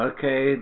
Okay